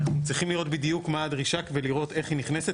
אנחנו צריכים לראות בדיוק מה הדרישה כדי לראות איך היא נכנסת